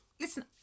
Listen